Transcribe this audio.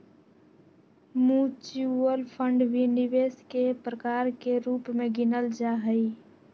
mutual fund भी निवेश के प्रकार के रूप में गिनल जाहई